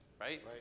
Right